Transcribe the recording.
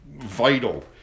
vital